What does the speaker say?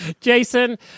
Jason